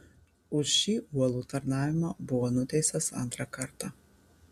už šį uolų tarnavimą buvo nuteistas antrą kartą